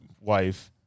wife